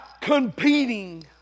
competing